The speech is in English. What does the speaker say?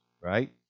right